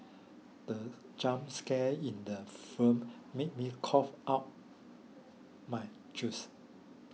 the jump scare in the film made me cough out my juice